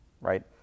right